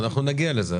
אנחנו נגיע לזה.